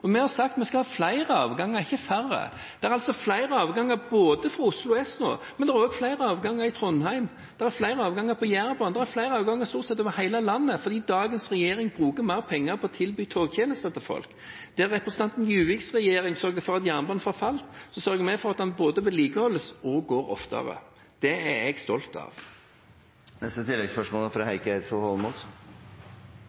Vi har sagt vi skal ha flere avganger, ikke færre. Det er flere avganger fra Oslo S nå, men det er også flere avganger i Trondheim, det er flere avganger på Jærbanen, det er flere avganger stort sett over hele landet, fordi dagens regjering bruker mer penger på å tilby togtjenester til folk. Der representanten Juviks regjering sørget for at jernbanen forfalt, sørger vi for at den både vedlikeholdes og går oftere. Det er jeg stolt av.